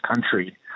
country